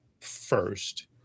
first